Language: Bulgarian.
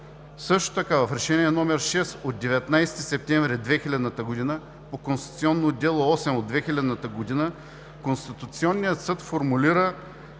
Също така в Решение № 6 от 19 септември 2000 г. по Конституционно дело № 8 от 2000 г. Конституционният съд формулира